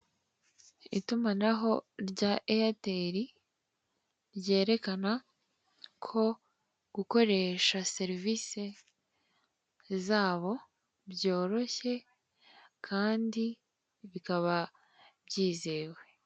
Itumanaho rya eyeteri rwerekana ko gukoresha serivise zabo byoroshye kandi bikaba byizewe.